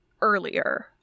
earlier